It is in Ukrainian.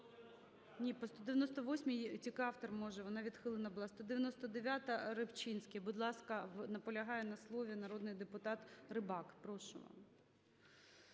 по 198-й тільки автор може. Вона відхилена була. 199-а,Рибчинський. Будь ласка, наполягає на слові народний депутат Рибак. Прошу.